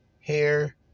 hair